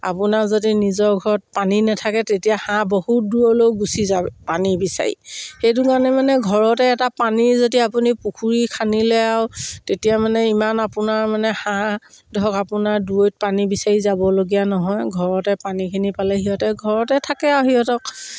আপোনাক যদি নিজৰ ঘৰত পানী নাথাকে তেতিয়া হাঁহ বহুত দূৰলৈও গুচি যাই পানী বিচাৰি সেইটো কাৰণে মানে ঘৰতে এটা পানী যদি আপুনি পুখুৰী খান্দিলে আৰু তেতিয়া মানে ইমান আপোনাৰ মানে হাঁহ ধৰক আপোনাৰ দূৰৈত পানী বিচাৰি যাবলগীয়া নহয় ঘৰতে পানীখিনি পালে সিহঁতে ঘৰতে থাকে আৰু সিহঁতক